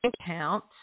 account